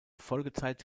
folgezeit